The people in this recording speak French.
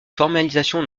formalisation